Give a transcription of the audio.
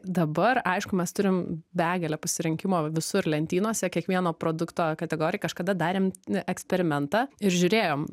dabar aišku mes turim begalę pasirinkimo visur lentynose kiekvieno produkto kategorija kažkada darėm eksperimentą ir žiūrėjom